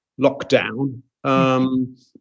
lockdown